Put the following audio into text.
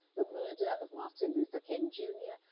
the murder of martin luther king jr.